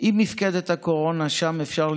והיום הוא נכנס אולי